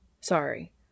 Sorry